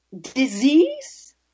disease